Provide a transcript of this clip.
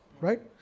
Right